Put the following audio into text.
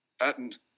patent